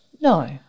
No